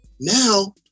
Now